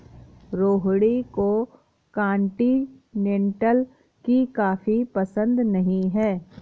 रोहिणी को कॉन्टिनेन्टल की कॉफी पसंद नहीं है